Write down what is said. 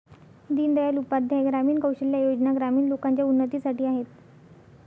दीन दयाल उपाध्याय ग्रामीण कौशल्या योजना ग्रामीण लोकांच्या उन्नतीसाठी आहेत